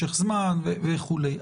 משך זמן וכולי.